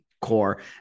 core